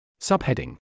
Subheading